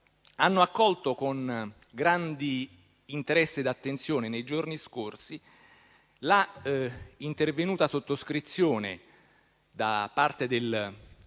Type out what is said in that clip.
hanno accolto con grande interesse ed attenzione, nei giorni scorsi, l'intervenuta sottoscrizione di una